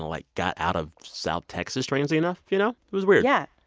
like, got out of south texas, strangely enough, you know? it was weird yeah,